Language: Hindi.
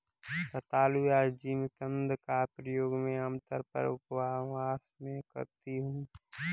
रतालू या जिमीकंद का प्रयोग मैं आमतौर पर उपवास में करती हूँ